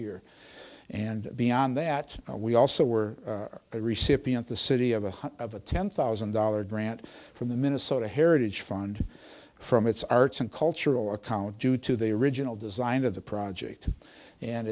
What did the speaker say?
year and beyond that we also were the recipient the city of a one of a ten thousand dollars grant from the minnesota heritage fund from its arts and cultural account due to the original design of the project and